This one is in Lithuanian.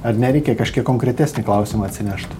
ar nereikia kažkiek konkretesnį klausimą atsinešt